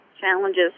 Challenges